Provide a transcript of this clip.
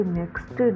next